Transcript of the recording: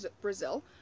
Brazil